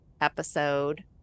episode